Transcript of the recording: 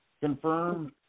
confirmed